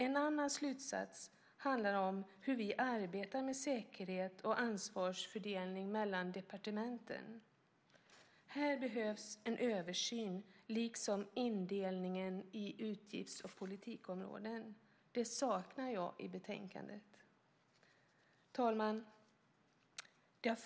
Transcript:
En annan slutsats handlar om hur vi arbetar med säkerhet och ansvarsfördelning mellan departementen. Här behövs en översyn liksom när det gäller indelningen i utgifts och politikområden. Det saknar jag i betänkandet. Fru talman!